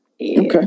Okay